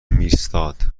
میرستاد